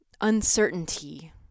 uncertainty